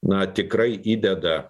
na tikrai įdeda